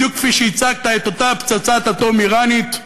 בדיוק כפי שהצגת את אותה פצצת אטום איראנית,